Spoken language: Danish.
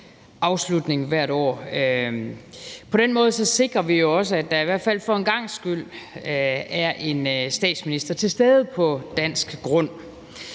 afslutning hvert år. På den måde sikrer vi også, at der i hvert fald for en gangs skyld er en statsminister til stede på dansk grund.